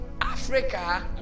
Africa